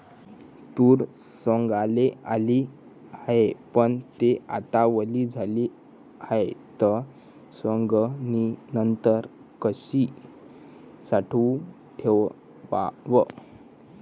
तूर सवंगाले आली हाये, पन थे आता वली झाली हाये, त सवंगनीनंतर कशी साठवून ठेवाव?